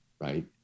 Right